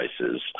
devices